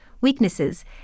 weaknesses